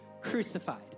crucified